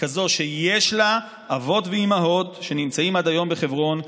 ככזאת שיש לה אבות ואימהות שנמצאים עד היום בחברון,